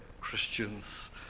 Christians